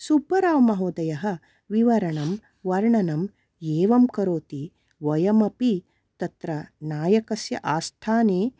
सुब्बराव् महोदयः विवरणं वर्णनम् एवं करोति वयमपि तत्र नायकस्य आस्थाने